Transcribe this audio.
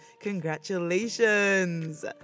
Congratulations